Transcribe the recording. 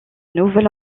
nouvelles